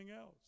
else